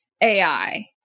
AI